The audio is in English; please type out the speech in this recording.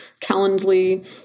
Calendly